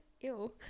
Ew